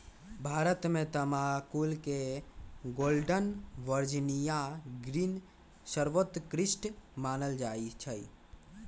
भारत में तमाकुल के गोल्डन वर्जिनियां ग्रीन सर्वोत्कृष्ट मानल जाइ छइ